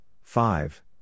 five